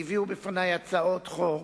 והביאו בפני הצעות החוק,